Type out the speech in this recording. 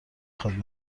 خواد